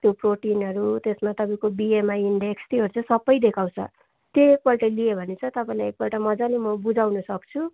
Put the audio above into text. त्यो प्रोटिनहरू त्यसमा तपाईँको बिएमआई इन्डेक्स त्योहरू चाहिँ सबै देखाउँछ त्यो एकपल्ट लिए भने चाहिँ तपाईँले एकपल्ट मज्जाले म बुझाउनु सक्छु